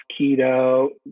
keto